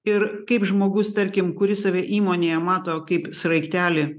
ir kaip žmogus tarkim kuris save įmonėje mato kaip sraigtelį